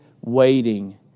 waiting